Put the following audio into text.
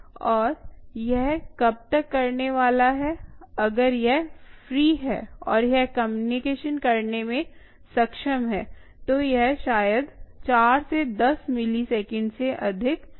और यह कब तक करने वाला है अगर यह फ्री है और यह कम्युनिकेशन करने में सक्षम है तो यह शायद 4 से 10 मिलीसेकंड से अधिक नहीं हो सकता है